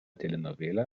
telenovela